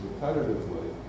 repetitively